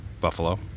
buffalo